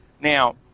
Now